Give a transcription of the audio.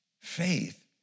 faith